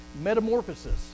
metamorphosis